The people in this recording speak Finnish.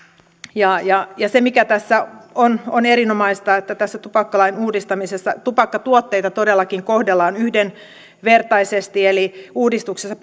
ja ja se mikä tässä on erinomaista on se että tässä tupakkalain uudistamisessa tupakkatuotteita todellakin kohdellaan yhdenvertaisesti eli uudistuksessa